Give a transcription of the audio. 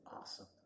Awesome